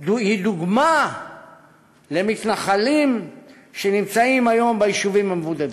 היא דוגמה למתנחלים שנמצאים היום ביישובים המבודדים.